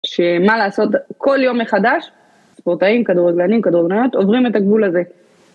שמה לעשות כל יום מחדש, ספורטאים, כדורגלנים, כדורגליות, עוברים את הגבול הזה.